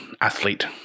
athlete